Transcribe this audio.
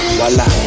voila